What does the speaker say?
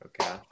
Okay